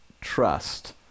trust